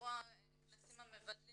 שנסגרו הכנסים המבדלים